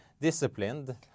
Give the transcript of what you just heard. disciplined